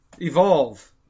Evolve